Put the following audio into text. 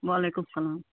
وعلیکُم السلام